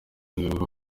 amahirwe